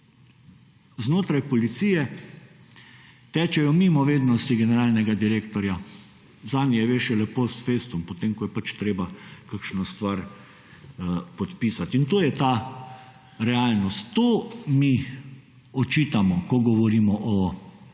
znotraj policije tečejo mimo vednosti generalnega direktorja. Zanje ve šele post festum, potem ko je pač treba kakšno stvar podpisati. In to je ta realnost, to mi očitamo, ko govorimo o